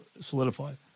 solidified